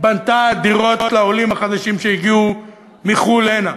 בנתה דירות לעולים החדשים שהגיעו מחו"ל הנה.